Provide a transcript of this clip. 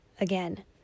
again